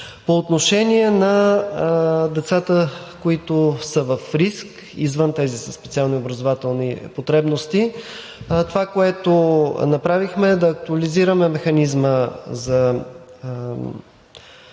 По отношение на децата, които са в риск, извън тези със специални образователни потребности. Това, което направихме, е да актуализираме Механизма за